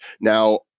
Now